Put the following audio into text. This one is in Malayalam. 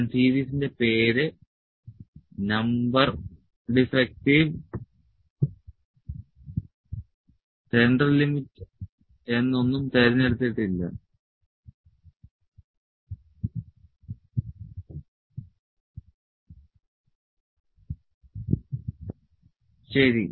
ഞാൻ സീരീസിന്റെ പേര് നമ്പർ ഡിഫെക്ടിവ് സെൻട്രൽ ലിമിറ്റ് എന്ന് ഒന്നും തിരഞ്ഞെടുത്തിട്ടില്ല ശരി